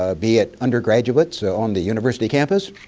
ah be it undergraduates so on the university campus